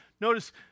Notice